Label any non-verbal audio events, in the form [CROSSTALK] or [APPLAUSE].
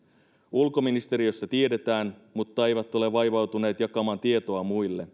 ulkoministeriössä tiedetään mutta eivät ole vaivautuneet jakamaan tietoa muille [UNINTELLIGIBLE]